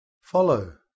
Follow